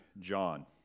John